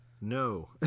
No